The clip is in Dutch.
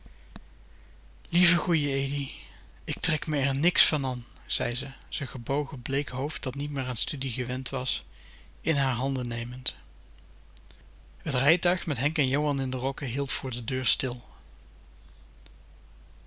lieve goeie edi k trek r me n i k s van an zei ze z'n gebogen bleek hoofd dat niet meer aan studie gewend was in haar handen nemend t rijtuig met henk en johan in d'r rokken hield voor de deur stil